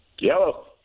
Yellow